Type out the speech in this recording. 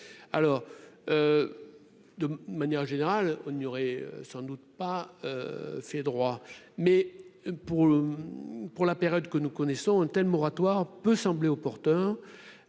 alors de manière générale on y aurait sans doute pas fait droit mais pour pour la période que nous connaissons un tel moratoire peut sembler opportun